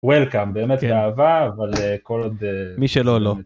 וולקאם באמת באהבה אבל כל עוד, מי שלא לא.